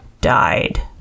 died